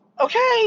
Okay